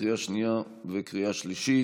קריאה שנייה וקריאה שלישית.